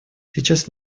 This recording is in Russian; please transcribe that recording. сейчас